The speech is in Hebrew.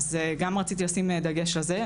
גם רציתי לשים דגש על זה,